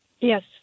Yes